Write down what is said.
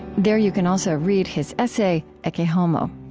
there, you can also read his essay ecce homo.